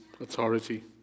authority